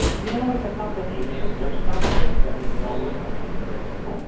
you know, it's a combination. there's some things that we know we're going to have to bring with us,